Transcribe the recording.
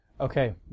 Okay